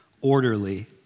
orderly